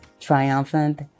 triumphant